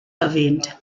erwähnt